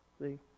See